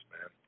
man